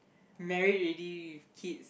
married already with kids